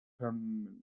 permanence